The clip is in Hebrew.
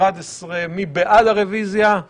מי בעד הרביזיה בסעיף 7?